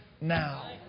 now